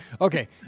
okay